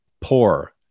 poor